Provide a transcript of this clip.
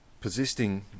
Persisting